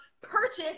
purchase